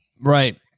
Right